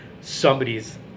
somebody's